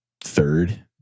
third